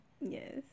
Yes